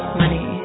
money